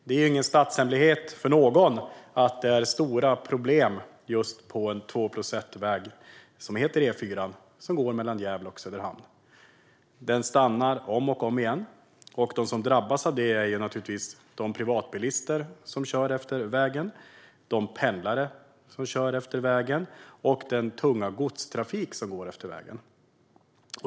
Det är ingen statshemlighet att det är stora problem just på en två-plus-ett-väg som heter E4 och som går mellan Gävle och Söderhamn. Trafiken stoppas om och om igen, och de som drabbas av detta är naturligtvis privatbilister, pendlare och den tunga godstrafik som går efter vägen.